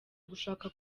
gushaka